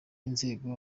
inzego